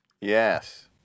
Yes